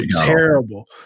terrible